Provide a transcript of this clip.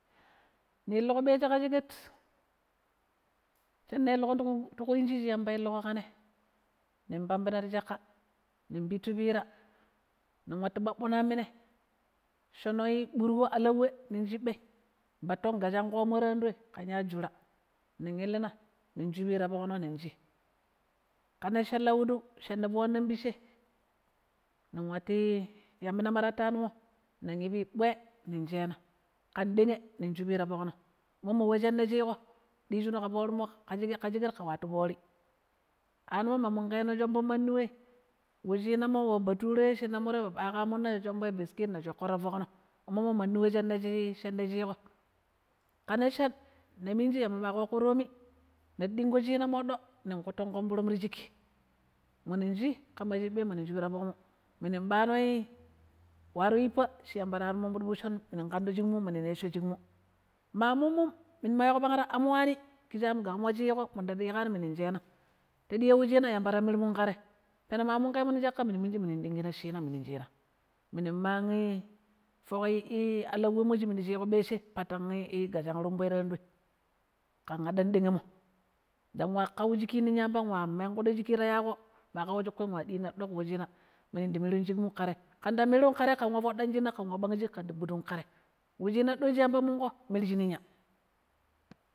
Ni illuƙo ɓeje ƙa sheket, shi yamba illiƙon ƙa ne nin pambina ti chakka, ning pettu piira, ning wattu ɓaɓɓuno yamminai shono ɓurƙo alau we ning shiɓɓai npatton gajang ƙoomo tiɗoi ƙan yashi jura, ning illina ning shubi ta foƙno ning shi, ƙa neshan lauwi ɗiu shinna foonan pisshei ning watti yammina ma tatanomo ning ibui bwe ning shena ƙan ɗa'nge nin shubi ta fokno ummo we shinna shiƙo dijino ƙafoori ƙa sheket watu foori anomo ma muuƙeno shombo mandi wei wushinammo wu batture yo shina mure ma ɓaaƙa mannu sha shomboi biskit ni shoƙo ta foƙno mummo mandi we shineshi shine shiƙo ƙa neshan nii minji yamba ma ƙooko toomii ni ta dingo chinaa moɗɗo ning kutton ƙomburom ti shiki minu shi ƙan chiɓɓai minu shubi ta foƙumu minu ɓaanoi waaro yippa shi yamba ta warmun fudu fusshon minun ƙando shiƙmu minun nesho shiƙmu, ma mummum minu ma weƙo pagra amwani'i kishi amgaƙmo shi yiƙo minu ta ɗiƙani nimu shenaa ta ɗiya wu shina, yamba ta mirmu ƙa tei peneng ma munƙemu nong shaƙƙa minu minji minun ɗingina shiina minun china minun maan foƙ alauwemmo shi minu shiiƙo ɓeshei, pattan gajang ƙoomoi ti ɗoi ƙan adan ɗa'ngemmo ndang wa ƙau ƙui ning yamba nwa menƙuɗo shiƙƙi ta yaƙo ma ƙauƙo shiƙƙi wa ɗina ɗok weshina minun nɗi mirun shikumu ƙa te. ƙandang mirun ƙa te ƙn wa fudan shunna ƙn wa ɓang shik ƙandi gbuɗun ƙte mu shina ɗoi shi yamba munƙo mirji ninya.